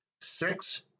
Six